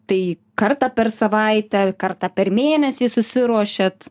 tai kartą per savaitę kartą per mėnesį susiruošiat